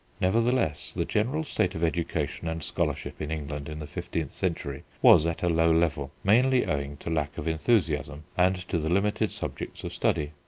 nevertheless the general state of education and scholarship in england in the fifteenth century was at a low level, mainly owing to lack of enthusiasm and to the limited subjects of study.